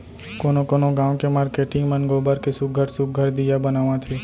कोनो कोनो गाँव के मारकेटिंग मन गोबर के सुग्घर सुघ्घर दीया बनावत हे